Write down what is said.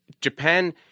Japan